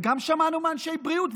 וגם שמענו מאנשי בריאות,